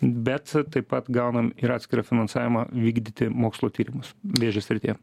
bet taip pat gaunam ir atskirą finansavimą vykdyti mokslo tyrimus vėžio srityje